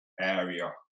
Area